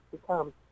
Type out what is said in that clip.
become